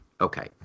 Okay